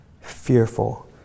fearful